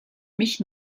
mich